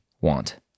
want